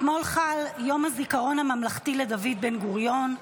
אתמול חל יום הזיכרון הממלכתי לדוד בן-גוריון.